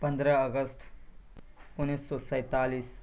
پندرہ اگست انیس سو سینتالیس